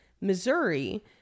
Missouri